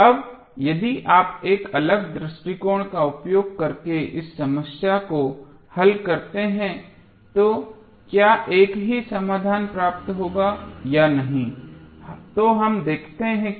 अब यदि आप एक अलग दृष्टिकोण का उपयोग करके इस समस्या को हल करते हैं कि क्या एक ही समाधान प्राप्त होगा या नहीं तो हम देखते है की